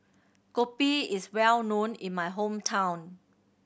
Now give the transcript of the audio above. kopi is well known in my hometown